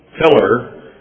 pillar